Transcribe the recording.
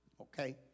Okay